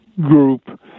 group